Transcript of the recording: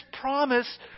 promise